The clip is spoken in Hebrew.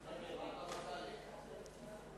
ההצעה להעביר את הנושא לוועדת